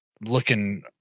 looking